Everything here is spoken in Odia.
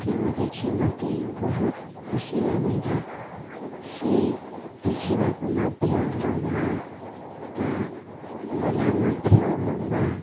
ପକ୍ଷୀକୁ ଦେଖି ମୋତେ ବହୁତ ଖୁସି ଲାଗୁିଲା ସେ ଦେଖିବାକୁ ମଧ୍ୟ ଲମ୍ବା ତା' ଗଲା ମଧ୍ୟ ଲମ୍ବା